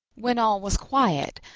when all was quiet,